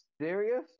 Serious